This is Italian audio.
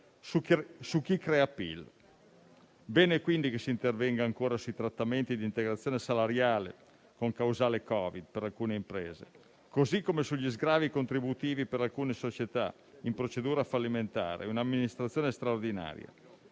su chi crea PIL. Bene, quindi, che si intervenga ancora sui trattamenti di integrazione salariale con causale Covid per alcune imprese, così come sugli sgravi contributivi per alcune società in procedura fallimentare o amministrazione straordinaria.